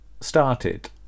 started